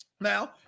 Now